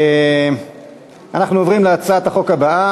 אני מבקש לוועדת החינוך.